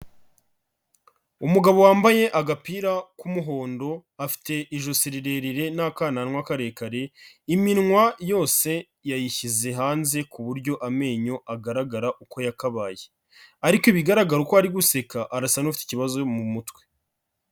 Umugabo wambaye agapira k'umuhondo afite ijosi rirerire n'akananwa karekare, iminwa yose yayishyize hanze ku buryo amenyo agaragara uko yakabaye, ariko ibigaragara uko ari guseka arasa n'ufite ikibazo mu mutwe.